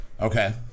Okay